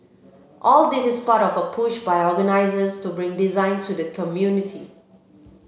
all this is part of a push by organisers to bring design to the community